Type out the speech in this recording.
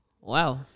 Wow